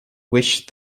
which